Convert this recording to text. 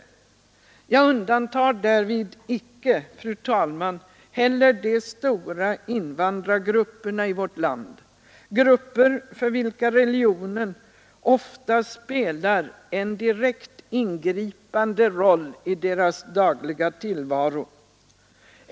Jag undantar därvid icke, fru talman, heller de stora invandrargrupperna i vårt land, grupper för vilka religionen ofta spelar en direkt ingripande roll i den dagliga tillvaron.